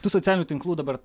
tų socialinių tinklų dabar